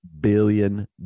billion